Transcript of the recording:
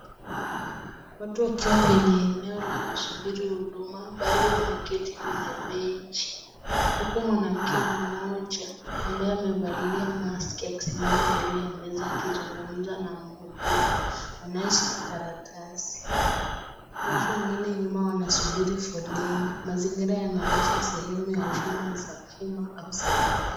Watu wakiwa kwenye eneo la kusubiri huduma, baadhi wameketi kwenye benchi. Huku mwanamke mmoja ambaye amevalia maski akisimama mbele ya meza akizungumza na muhudumu anayeshika karatasi. Watu wengine nyuma wanasubiri foleni. Mazingira yanaonyesha sehemu ya huduma za umma au serikali.